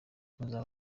uzaba